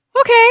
okay